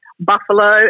buffalo